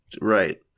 Right